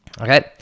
okay